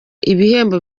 ibihembo